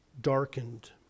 Darkened